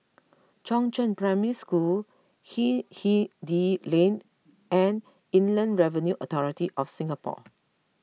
Chongzheng Primary School Hindhede Lane and Inland Revenue Authority of Singapore